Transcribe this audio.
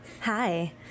Hi